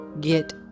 get